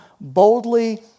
boldly